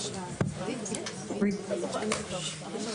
הישיבה